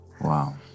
Wow